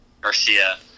Garcia